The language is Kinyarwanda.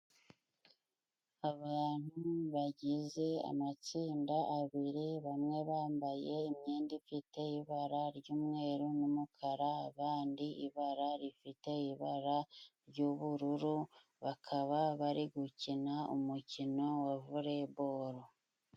Abantu bagize amatsinda abiri, bamwe bambaye imyenda ifite ibara ry'umweru n'umukara, abandi ibara rifite ibara ry'ubururu, bakaba bari gukina umukino wa voleboro.